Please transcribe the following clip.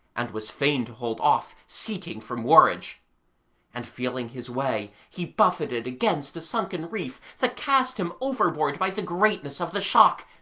and was fain to hold off, seeking for moorage and, feeling his way, he buffeted against a sunken reef that cast him overboard by the greatness of the shock,